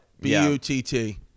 B-U-T-T